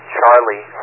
Charlie